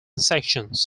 sections